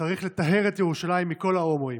צריך לטהר את ירושלים מכל ההומואים"